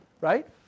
Right